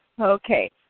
Okay